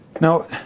Now